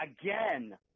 again